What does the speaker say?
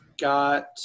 got